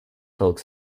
folk